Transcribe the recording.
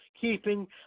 keeping